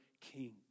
king